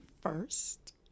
first